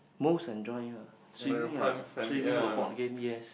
most enjoy ah swimming ah swimming or board game yes